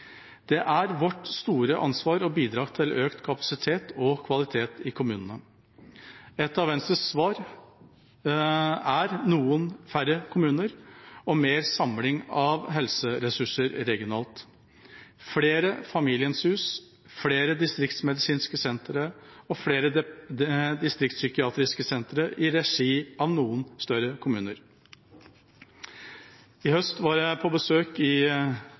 Det er vårt store ansvar å bidra til økt kapasitet og kvalitet i kommunene. Et av Venstres svar på det er noen færre kommuner og mer samling av helseressurser regionalt – flere Familiens hus, flere distriktsmedisinske sentre og flere distriktspsykiatriske sentre i regi av noen større kommuner. I høst var jeg på besøk i